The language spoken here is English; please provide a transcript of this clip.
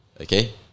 Okay